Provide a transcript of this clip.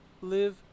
live